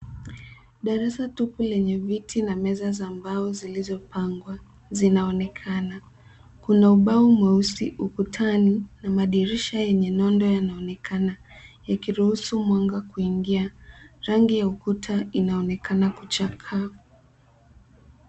Darasa tupu lenye viti na meza za mbao zilizopangwa zinaonekana. Kuna ubao mweusi ukutani na madirisha yenye nondo yanaonekana, yakiruhusu mwanga kuingia. Rangi ya ukuta inaonekana kuchakaa.